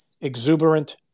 exuberant